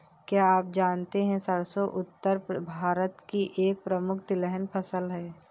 क्या आप जानते है सरसों उत्तर भारत की एक प्रमुख तिलहन फसल है?